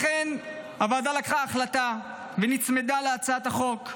לכן הוועדה לקחה החלטה ונצמדה להצעת החוק.